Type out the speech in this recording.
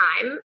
time